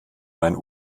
mein